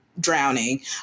drowning